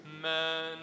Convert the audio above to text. Man